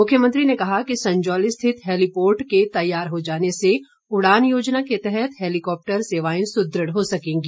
मुख्यमंत्री ने कहा कि संजौली स्थित हैलीपोर्ट के तैयार हो जाने से उड़ान योजना के तहत हैलीकॉप्टर सेवाएं सुदृढ़ हो सकेंगी